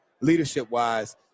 leadership-wise